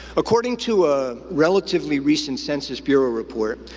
according to a relatively recent census bureau report,